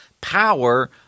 power